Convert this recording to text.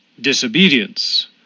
Disobedience